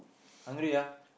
hungry ah